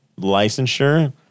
licensure